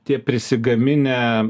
tie prisigaminę